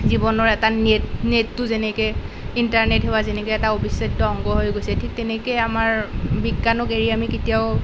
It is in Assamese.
জীৱনৰ এটা নেট নেটটো যেনেকে ইণ্টাৰনেট সেৱা যেনেকৈ এটা অবিচ্ছেদ্য অংগ হৈ গৈছে ঠিক তেনেকে আমাৰ বিজ্ঞানক এৰি আমি কেতিয়াও